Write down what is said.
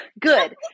good